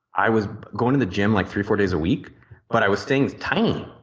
i was going to the gym like three or four days a week but i was staying tiny.